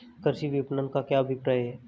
कृषि विपणन का क्या अभिप्राय है?